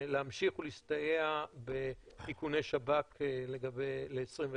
להמשיך להסתייע באיכוני שב"כ ל-21 יום?